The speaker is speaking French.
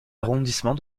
arrondissement